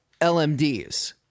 LMDs